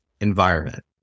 environment